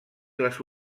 les